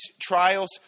trials